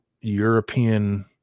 European